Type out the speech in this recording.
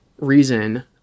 reason